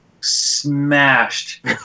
smashed